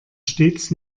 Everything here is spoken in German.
stets